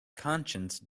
conscience